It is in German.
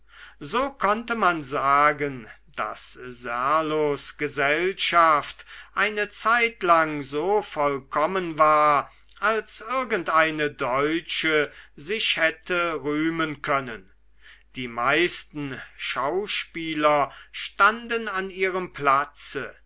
so konnte man sagen daß serlos gesellschaft eine zeitlang so vollkommen war als irgendeine deutsche sich hätte rühmen können die meisten schauspieler standen an ihrem platze